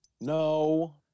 No